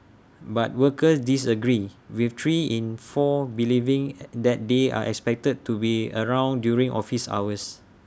but workers disagreed with three in four believing at that they are expected to be around during office hours